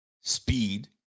Speed